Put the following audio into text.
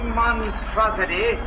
monstrosity